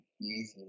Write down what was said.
easy